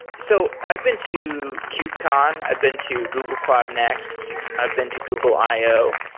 so i've been to kubecon. i've been to google cloud next. i've been to google i o,